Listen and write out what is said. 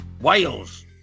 Wales